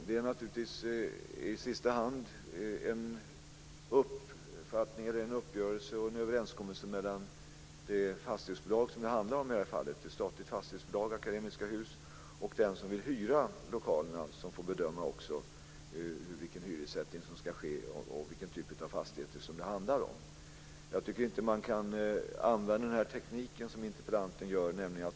Det är naturligtvis i sista hand i en uppgörelse och en överenskommelse mellan det fastighetsbolag som det handlar om i detta fall, det statliga fastighetsbolaget Akademiska Hus, och den som vill hyra lokalerna som det får bedömas vilken hyressättning som ska ske och vilken typ av fastigheter som det handlar om. Jag tycker inte man kan använda den teknik som interpellanten använder.